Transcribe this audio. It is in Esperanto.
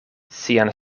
sian